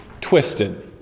twisted